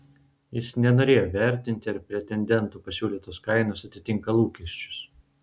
jis nenorėjo vertinti ar pretendentų pasiūlytos kainos atitinka lūkesčius